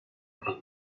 arrive